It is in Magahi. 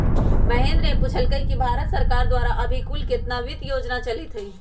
महेंद्र ने पूछल कई कि भारत सरकार द्वारा अभी कुल कितना वित्त योजना चलीत हई?